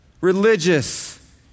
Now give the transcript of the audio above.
religious